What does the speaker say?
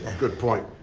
good point.